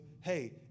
hey